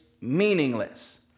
meaningless